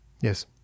Yes